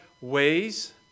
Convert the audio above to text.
ways